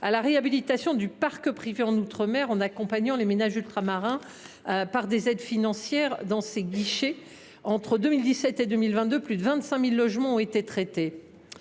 à la réhabilitation du parc privé en outre mer en accompagnant les ménages ultramarins par des aides financières. Entre 2017 et 2022, plus de 25 000 logements ont ainsi été traités.